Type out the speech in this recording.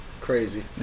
crazy